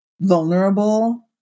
vulnerable